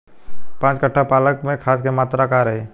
पाँच कट्ठा पालक में खाद के मात्रा का रही?